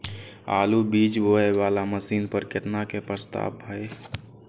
आलु बीज बोये वाला मशीन पर केतना के प्रस्ताव हय?